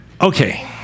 okay